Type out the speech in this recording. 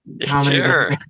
Sure